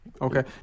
Okay